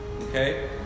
okay